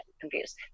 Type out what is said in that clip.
confused